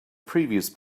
previous